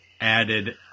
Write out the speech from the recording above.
added